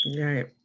right